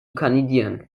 kandidieren